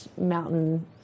mountain